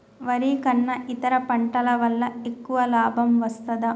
వరి కన్నా ఇతర పంటల వల్ల ఎక్కువ లాభం వస్తదా?